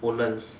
woodlands